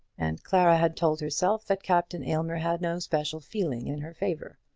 and clara had told herself that captain aylmer had no special feeling in her favour.